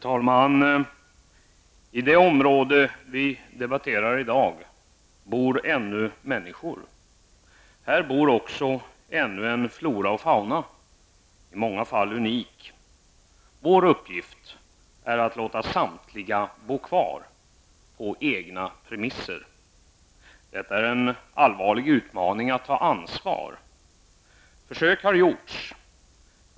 Herr talman! I det område som vi i dag debatterar bor ännu människor. Här finns ännu en flora och fauna som i många fall är unik. Vår uppgift är att låta samtliga bo kvar på egna premisser. Det är en allvarlig utmaning att ta detta ansvar. Försök har gjorts.